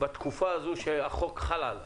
בתקופה הזו שהחוק חל עליה?